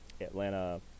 Atlanta